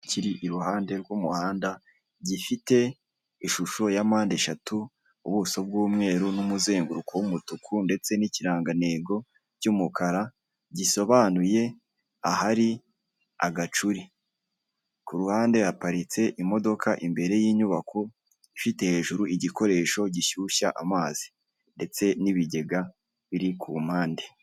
Icyapa kiri iruhande rw'umuhanda gifite ishusho ya mpande eshatu ubuso bw'umweru n'umuzenguruko w'umutuku ndetse n'ikirangantego cy'umukara gisobanuye ahari agacuri kuruhande haparitse imodoka imbere y'inyubako ifite hejuru igikoresho gishyushya amazi ndetse n'ibigega biri kumpande.